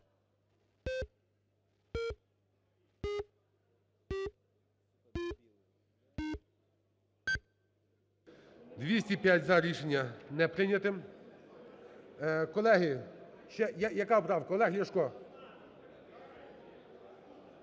За-205 Рішення не прийняте. Колеги, яка правка, Олег Ляшко?